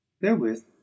Therewith